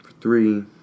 Three